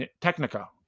Technica